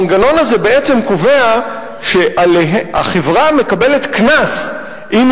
המנגנון הזה בעצם קובע שהחברה מקבלת קנס אם